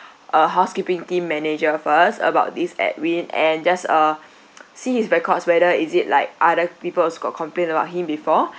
uh housekeeping team manager first about this edwin and just uh see his records whether is it like other people also got complain about him before